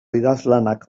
idazlanak